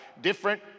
different